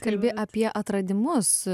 kalbi apie atradimus